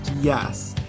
yes